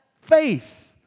face